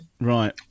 Right